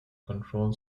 control